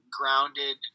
grounded